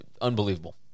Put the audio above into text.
unbelievable